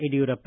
Yediyurappa